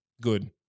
Good